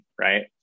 Right